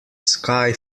sky